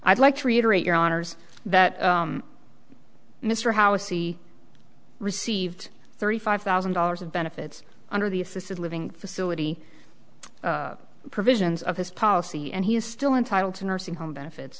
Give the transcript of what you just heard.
i'd like to reiterate your honour's that mr housey received thirty five thousand dollars of benefits under the assisted living facility provisions of his policy and he is still entitled to nursing home benefits